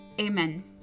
amen